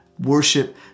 worship